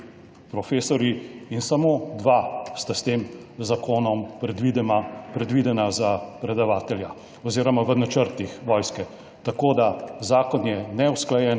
profesorji in samo dva sta s tem zakonom predvidena za predavatelja oziroma v načrtih vojske. Tako da, zakon je neusklajen,